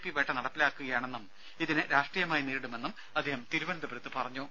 P വേട്ട നടപ്പിലാക്കുകയാണെന്നും ഇതിനെ രാഷ്ട്രീയമായി നേരിടുമെന്നും അദ്ദേഹം തിരുവന്തപുരത്ത് പറഞ്ഞു